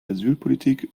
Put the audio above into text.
asylpolitik